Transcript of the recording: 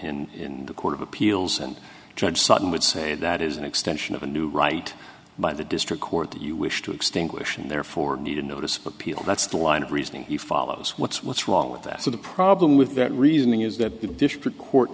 court of appeals and judge sudden would say that is an extension of a new right by the district court that you wish to extinguish and therefore need a notice of appeal that's the line of reasoning he follows what's what's wrong with that so the problem with that reasoning is that the district court